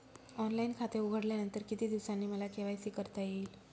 Online खाते उघडल्यानंतर किती दिवसांनी मला के.वाय.सी करता येईल?